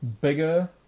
bigger